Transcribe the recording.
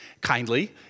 kindly